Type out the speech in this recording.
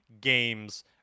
games